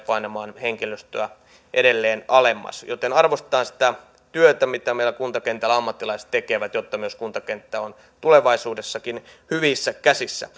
painamaan henkilöstöä edelleen alemmas joten arvostetaan sitä työtä mitä meillä kuntakentällä ammattilaiset tekevät jotta myös kuntakenttä on tulevaisuudessakin hyvissä käsissä